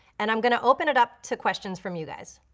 and i'm gonna open it up to questions from you guys.